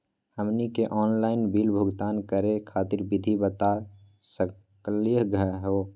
हमनी के online bill भुगतान करे खातीर विधि बता सकलघ हो?